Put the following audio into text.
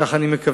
כך אני מקווה.